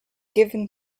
given